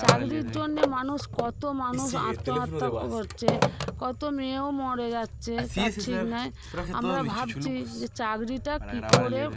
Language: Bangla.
চাকরির জন্যে মানুষ কত মানুষ আত্মহত্যা করছে কত মেয়েও মরে যাচ্ছে তার ঠিক নেই আমরা ভাবছি যে চাকরিটা কি করে